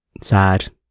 sad